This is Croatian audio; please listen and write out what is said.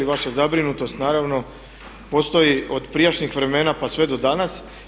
Vaša zabrinutost naravno postoji od prijašnjih vremena pa sve do danas.